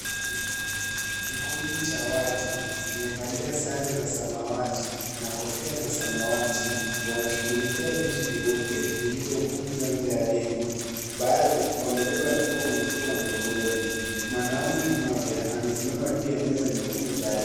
Kikundi cha watu kimevalia sare za samawati na kofia za samawati. Wanashughulikia vitu vyeupe, vilivyokunjwa nje ya jengo baadhi wamebeba mifuko mikubwa mgongoni. Mwanaume mmoja amesimama juu ya meza nyekundu mbali.